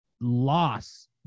loss